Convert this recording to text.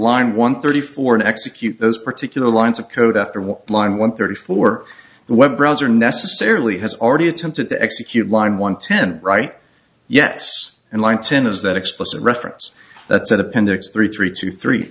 line one thirty four and execute those particular lines of code after one line one thirty four web browser necessarily has already attempted to execute line one ten right yes and lights in is that explicit reference that's in appendix three three two three